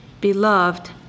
Beloved